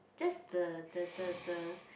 that's the the the the